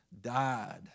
died